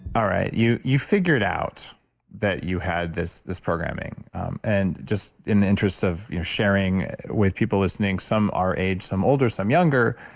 all right. you you figured out that you had this this programming and just in the interest of sharing with people listening, some are age, some older, some younger.